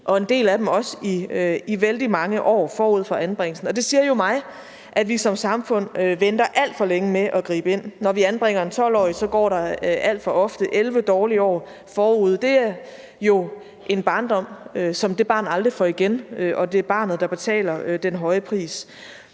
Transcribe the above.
og en del af dem også i vældig mange år forud for anbringelsen. Det siger jo mig, at vi som samfund venter alt for længe med at gribe ind. Når vi anbringer en 12-årig, går der alt for ofte 11 dårlige år forud. Det er jo en barndom, som det barn aldrig får igen, og det er barnet, der betaler den høje pris.